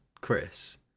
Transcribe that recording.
chris